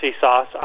sauce